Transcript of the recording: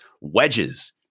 wedges